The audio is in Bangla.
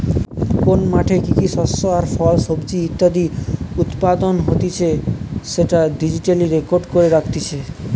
কোন মাঠে কি কি শস্য আর ফল, সবজি ইত্যাদি উৎপাদন হতিছে সেটা ডিজিটালি রেকর্ড করে রাখতিছে